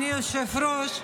אדוני היושב-ראש,